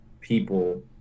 people